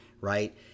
right